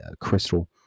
crystal